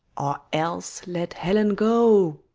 or else let helen go.